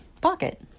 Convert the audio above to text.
pocket